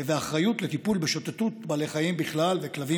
האחריות לטיפול בשוטטות בעלי חיים בכלל וכלבים